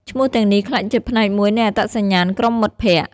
ឈ្មោះទាំងនេះក្លាយជាផ្នែកមួយនៃអត្តសញ្ញាណក្រុមមិត្តភក្ដិ។